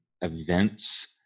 events